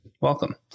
Welcome